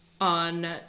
on